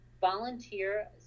Volunteer